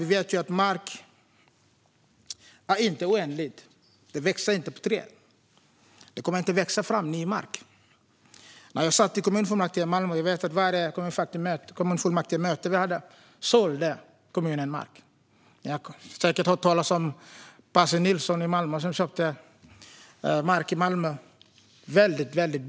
Vi vet att mark inte är oändlig, och ny mark kommer inte att växa fram. När jag satt i kommunfullmäktige i Malmö sålde kommunen mark på varje möte vi hade. Ni har säkert hört talas om Percy Nilsson som köpte mark i Malmö väldigt billigt.